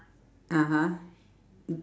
(uh huh)